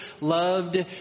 loved